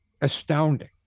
astounding